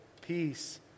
peace